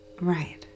Right